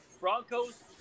Broncos